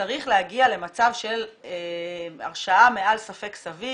צריך להגיע למצב של הרשעה מעל ספק סביר.